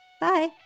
Bye